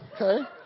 Okay